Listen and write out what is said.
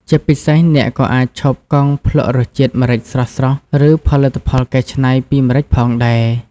ជាពិសេស អ្នកក៏អាចឈប់កង់ភ្លក់រសជាតិម្រេចស្រស់ៗ ឬផលិតផលកែច្នៃពីម្រេចផងដែរ។